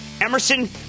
Emerson